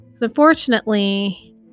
unfortunately